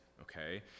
Okay